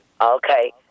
okay